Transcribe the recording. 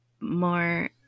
more